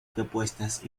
propuestas